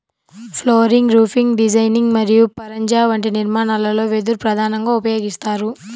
flooring, roofing designing మరియు పరంజా వంటి నిర్మాణాలలో వెదురు ప్రధానంగా ఉపయోగిస్తారు